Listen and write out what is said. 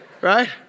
right